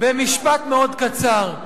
במשפט מאוד קצר: